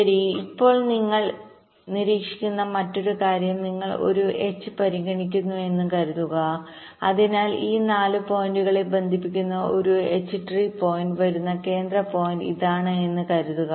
ശരി ഇപ്പോൾ നിങ്ങൾ നിരീക്ഷിക്കുന്ന മറ്റൊരു കാര്യം നിങ്ങൾ ഒരു എച്ച് പരിഗണിക്കുന്നുവെന്ന് കരുതുക അതിനാൽ ഈ 4 പോയിന്റുകളെ ബന്ധിപ്പിക്കുന്ന ഒരു എച്ച് ട്രീ പോയിന്റ് വരുന്ന കേന്ദ്ര പോയിന്റ് ഇതാണ് എന്ന് കരുതുക